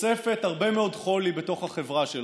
חושפת הרבה מאוד חולי בתוך החברה שלנו,